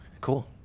cool